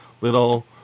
little